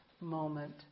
moment